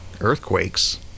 earthquakes